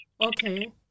Okay